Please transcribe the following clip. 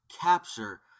capture